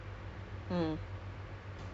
and it gets crowded